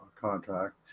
contract